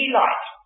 light